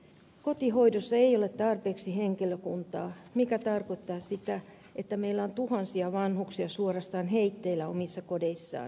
kotihoidossa ei ole tarpeeksi henkilökuntaa mikä tarkoittaa sitä että meillä on tuhansia vanhuksia suorastaan heitteillä omissa kodeissaan